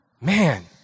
Man